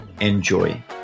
Enjoy